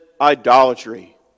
idolatry